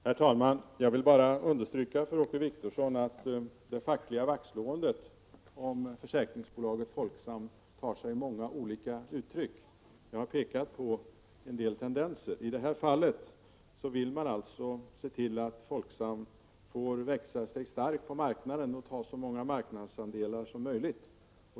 Herr talman! Jag vill bara understryka för Åke Wictorsson att det fackliga vaktslåendet om försäkringsbolaget Folksam tar sig många olika uttryck. Jag har pekat på en del tendenser. I detta fall vill man alltså se till att Folksam får växa sig stark på marknaden och ta så många marknadsandelar som möjligt.